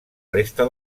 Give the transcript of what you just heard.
resta